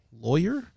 lawyer